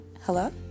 hello